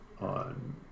on